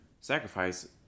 sacrifice